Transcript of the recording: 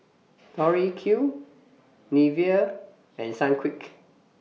Tori Q Nivea and Sunquick